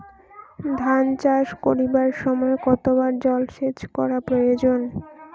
ধান চাষ করিবার সময় কতবার জলসেচ করা প্রয়োজন?